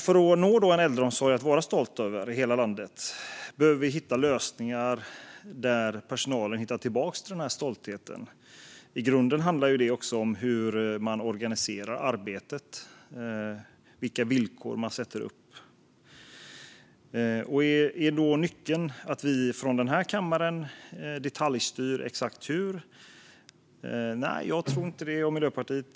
För att nå en äldreomsorg att vara stolt över i hela landet behöver vi hitta lösningar för att personalen ska hitta tillbaka till den där stoltheten. I grunden handlar det om hur man organiserar arbetet och vilka villkor man sätter upp. Är nyckeln att vi i den här kammaren detaljstyr? Nej, det tror inte jag och Miljöpartiet.